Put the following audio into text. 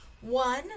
One